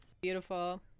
Beautiful